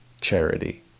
charity